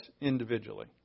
individually